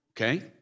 Okay